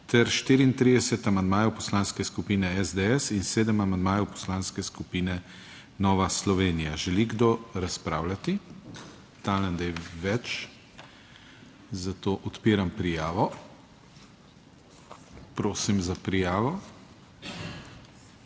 ter 34 amandmajev Poslanske skupine SDS in sedem amandmajev Poslanske skupine Nova Slovenija. Želi kdo razpravljati? Ugotavljam, da je več, zato odpiram prijavo. Prosim za prijavo.